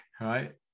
right